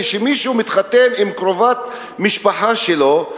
כשמישהו מתחתן עם קרובת משפחה שלו,